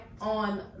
on